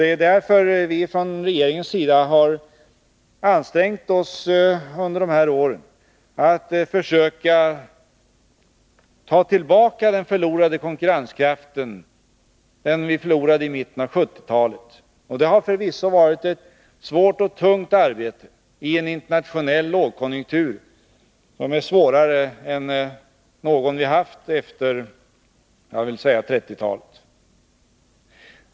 Det är därför regeringen under de här åren ansträngt sig att ta tillbaka den konkurrenskraft vi förlorade i mitten av 1970-talet. Det har förvisso varit ett svårt och tungt arbete i en internationell lågkonjunktur, som är svårare än någon vi har haft efter 1930-talet.